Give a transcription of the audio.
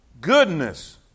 Goodness